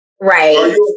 Right